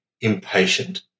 impatient